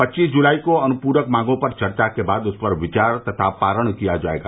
पच्चीस जुलाई को अनुप्रक मांगो पर चर्चा के बाद उस पर विचार तथा पारण किया जायेगा